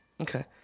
Okay